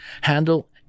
Handle